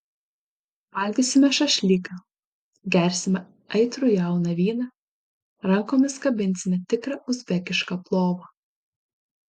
valgysime šašlyką gersime aitrų jauną vyną rankomis kabinsime tikrą uzbekišką plovą